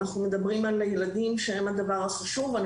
אנחנו מדברים על הילדים שהם הדבר החשוב ואני